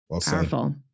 Powerful